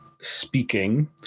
speaking